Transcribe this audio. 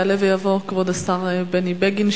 יעלה ויבוא כבוד השר בני בגין,